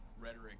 rhetoric